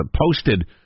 posted